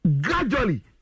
Gradually